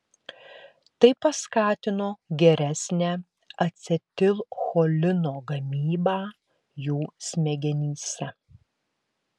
tai paskatino geresnę acetilcholino gamybą jų smegenyse